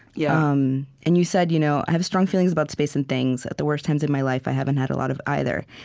yeah um and you said, you know i have strong feelings about space and things. at the worst times in my life, i haven't had a lot of either,